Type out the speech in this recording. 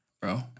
bro